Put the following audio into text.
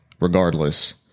regardless